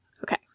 Okay